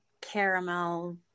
caramel